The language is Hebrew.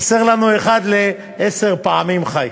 חסר לנו אחד לעשר פעמים ח"י.